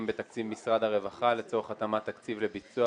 3. 1 מיליון שקלים לצורך הקמת מרכז המבקרים בבית הנשיא,